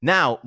Now